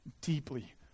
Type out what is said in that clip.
deeply